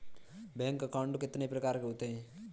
Bank account कितने प्रकार के होते हैं?